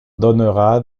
donnera